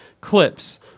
Clips